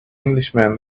englishman